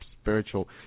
spiritual